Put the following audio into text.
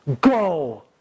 go